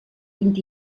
vint